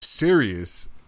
Serious